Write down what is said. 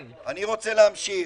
אני רוצה להמשיך.